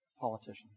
politicians